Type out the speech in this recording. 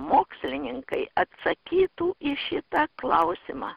mokslininkai atsakytų į šitą klausimą